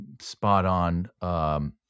spot-on